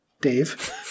Dave